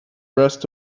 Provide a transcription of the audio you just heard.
rest